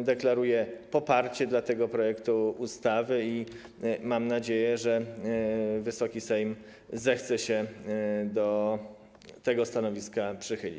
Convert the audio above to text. deklaruję poparcie dla tego projektu ustawy i mam nadzieję, że Wysoki Sejm zechce się do tego stanowiska przychylić.